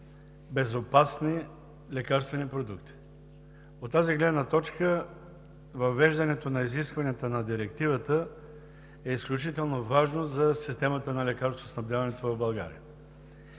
безопасни лекарствени продукти. От тази гледна точка въвеждането на изискванията на Директивата е изключително важно за системата на лекарствоснабдяването в България.